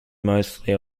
mostly